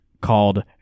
called